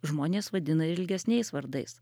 žmonės vadina ilgesniais vardais